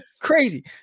crazy